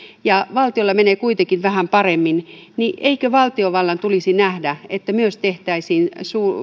ja valtiolla menee kuitenkin vähän paremmin eikö valtiovallan tulisi nähdä että myös tehtäisiin